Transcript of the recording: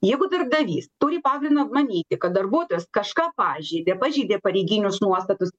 jeigu darbdavys turi pagrindo manyti kad darbuotojas kažką pažeidė pažeidė pareiginius nuostatus